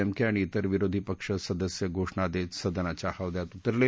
M K आणि त्रेर विरोधी पक्ष सदस्य घोषणा देत सदनाच्या हौदयात उतरले